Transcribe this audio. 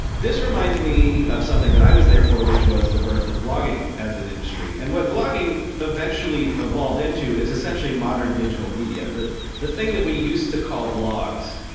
this reminds me of something that i was there for which was the birth of blogging as an industry. and what blogging eventually evolved into is essentially modern digital media. the thing that we used to call blogs,